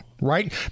right